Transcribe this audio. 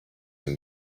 and